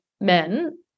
men